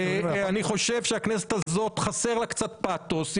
אני חושב שלכנסת הזאת חסר קצת פאתוס.